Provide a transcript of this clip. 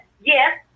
Yes